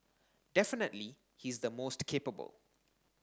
definitely he's the most capable